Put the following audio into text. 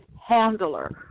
handler